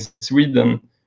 Sweden